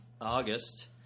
August